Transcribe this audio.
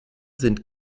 sind